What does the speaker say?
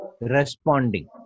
responding